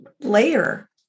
layer